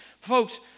Folks